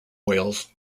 whales